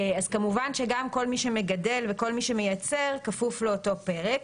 כמובן שגם כל מי שמגדל וכל מי שמייצר כפוף לאותו פרק.